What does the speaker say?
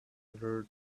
other